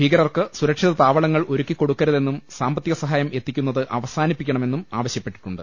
ഭീകരർക്ക് സുരക്ഷിത താവള ങ്ങൾ ഒരുക്കി കൊടുക്കരുതെന്നും സാമ്പത്തിക സഹായം എത്തിക്കു ന്നത് അവസാനിപ്പിക്കണമെന്നും ആവശ്യപ്പെട്ടിട്ടുണ്ട്